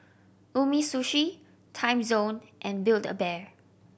Umisushi Timezone and Build A Bear